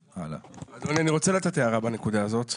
אדוני, אני רוצה לתת הערה בנקודה הזאת.